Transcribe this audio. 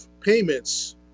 payments